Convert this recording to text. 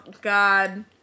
God